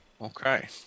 okay